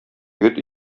егет